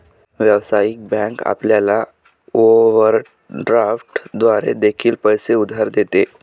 व्यावसायिक बँक आपल्याला ओव्हरड्राफ्ट द्वारे देखील पैसे उधार देते